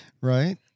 Right